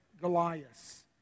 Goliath